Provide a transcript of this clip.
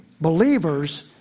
believers